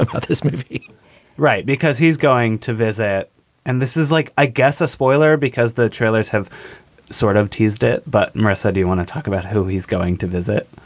this movie right. because he's going to visit and this is like, i guess a spoiler because the trailers have sort of teased it. but mara said, do you want to talk about who he's going to visit?